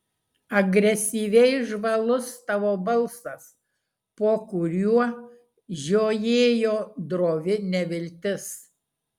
agresyviai žvalus tavo balsas po kuriuo žiojėjo drovi neviltis